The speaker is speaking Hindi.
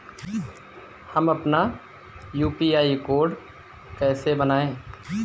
हम अपना यू.पी.आई कोड कैसे बनाएँ?